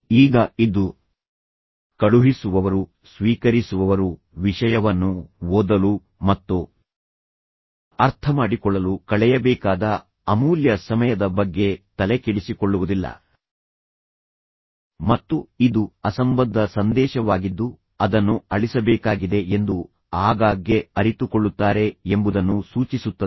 ಈಗ ಇದು ಕಳುಹಿಸುವವರು ಸ್ವೀಕರಿಸುವವರು ವಿಷಯವನ್ನು ಓದಲು ಮತ್ತು ಅರ್ಥಮಾಡಿಕೊಳ್ಳಲು ಕಳೆಯಬೇಕಾದ ಅಮೂಲ್ಯ ಸಮಯದ ಬಗ್ಗೆ ತಲೆಕೆಡಿಸಿಕೊಳ್ಳುವುದಿಲ್ಲ ಮತ್ತು ಇದು ಅಸಂಬದ್ಧ ಸಂದೇಶವಾಗಿದ್ದು ಅದನ್ನು ಅಳಿಸಬೇಕಾಗಿದೆ ಎಂದು ಆಗಾಗ್ಗೆ ಅರಿತುಕೊಳ್ಳುತ್ತಾರೆ ಎಂಬುದನ್ನು ಸೂಚಿಸುತ್ತದೆ